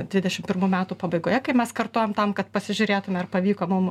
dvidešimt pirmų metų pabaigoje kai mes kartojam tam kad pasižiūrėtume ar pavyko mum